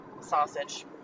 sausage